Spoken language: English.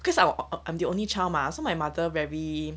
cause I'll I'm the only child mah so my mother very